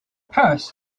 purse